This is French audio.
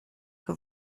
que